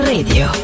Radio